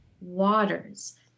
waters